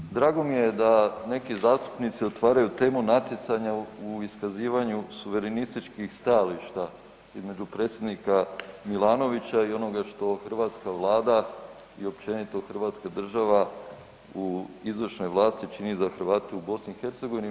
Dakle, drago mi je da neki zastupnici otvaraju temu natjecanja u iskazivanju suverenističkih stajališta između predsjednika Milanovića i onoga što hrvatska Vlada i općenito Hrvatska država u izvršnoj vlasti čini za Hrvate u Bosni i Hercegovini.